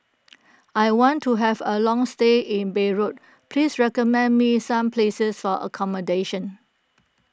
I want to have a long stay in Beirut please recommend me some places for accommodation